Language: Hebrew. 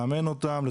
לאמן אותם,